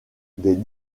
des